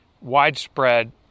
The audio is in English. widespread